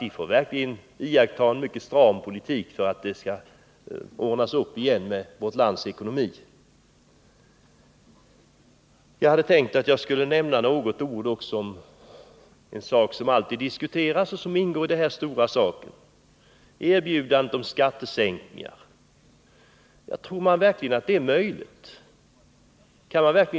Vi får nu verkligen driva en stram politik för att vi skall kunna lösa problemen med vårt lands ekonomi. Jag skulle också vilja säga några ord om det som så ofta diskuteras och som hänger samman med de frågor som behandlas i dag, nämligen erbjudandet om skattesänkningar. Tror man verkligen att det är möjligt att sänka skatterna?